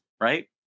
right